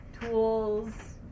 tools